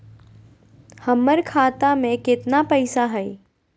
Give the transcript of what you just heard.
हमर खाता मे केतना पैसा हई?